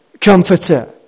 comforter